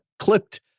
clipped